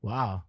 Wow